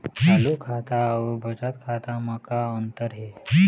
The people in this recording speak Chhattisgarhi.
चालू खाता अउ बचत खाता म का अंतर हे?